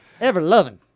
Ever-loving